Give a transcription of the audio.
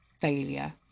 failure